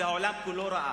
והעולם כולו ראה,